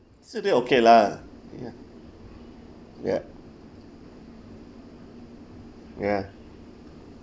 so do you okay lah ya ya ya